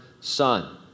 son